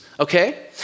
Okay